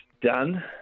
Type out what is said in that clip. done